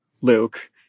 Luke